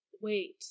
Wait